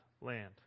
land